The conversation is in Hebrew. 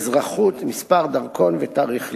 אזרחות, מספר דרכון ותאריך לידה.